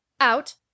Out